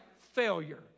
failure